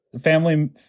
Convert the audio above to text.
family